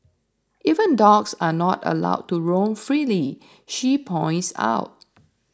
even dogs are not allowed to roam freely she points out